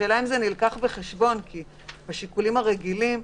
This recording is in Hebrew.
השאלה אם זה נלקח בחשבון לעומת השיקולים הרגילים.